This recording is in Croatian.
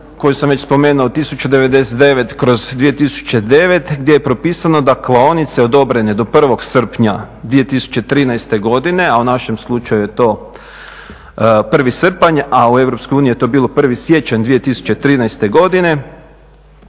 koju sam već spomenuo 1099/2009 gdje je propisano da klaonice odobrene do 1. srpnja 2013. godine, a u našem slučaju je to 1. srpanj, a u EU je to bilo 1. siječanj 2013. godine